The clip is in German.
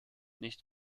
nicht